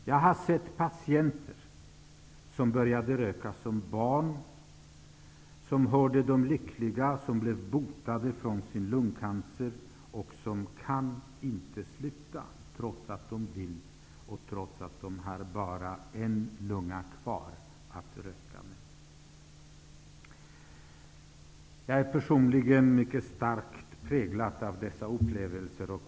Jag har sett patienter som började röka som barn, som hör till de lyckliga som blev botade från sin lungcancer och som inte kan sluta, trots att de vill och trots att de bara har en lunga kvar att röka med. Jag är personligen mycket starkt präglad av dessa upplevelser.